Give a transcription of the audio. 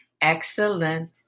Excellent